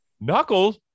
knuckles